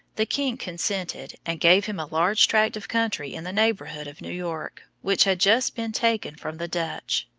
the king consented, and gave him a large tract of country in the neighbourhood of new york, which had just been taken from the dutch.